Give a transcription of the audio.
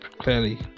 clearly